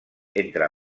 entre